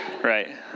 Right